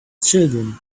children